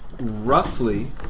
roughly